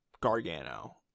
Gargano